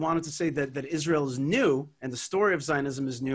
היהודית בישראל וזה חלק מהמלחמה הנרטיבית.